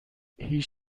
هیچ